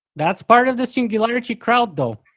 that's part of the singularity crowd though.